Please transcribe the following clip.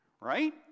Right